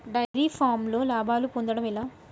Dairy ఫామ్లో లాభాలు పొందడం ఎలా?